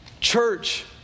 church